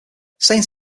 saint